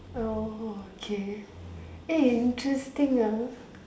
uh okay eh interesting lah